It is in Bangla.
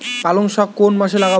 পালংশাক কোন মাসে লাগাব?